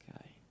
Okay